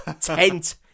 tent